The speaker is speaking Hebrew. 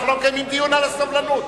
אנחנו לא מקיימים דיון על הסבלנות,